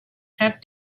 have